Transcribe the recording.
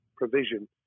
provision